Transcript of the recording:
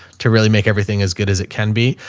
to really make everything as good as it can be.